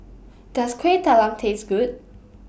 Does Kueh Talam Taste Good